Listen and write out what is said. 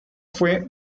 fue